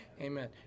Amen